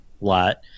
lot